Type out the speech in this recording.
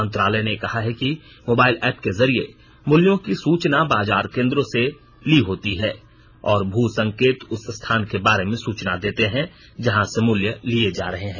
मंत्रालय ने कहा है कि मोबाइल ऐप के जरिये मूल्यों की सूचना बाजार केंद्रों से ली होती है और भू संकेत उस स्थान के बारे में सूचना देते हैं जहां से मूल्य लिए जा रहे हैं